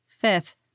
Fifth